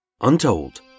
untold